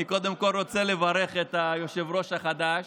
אני קודם כול רוצה לברך את היושב-ראש החדש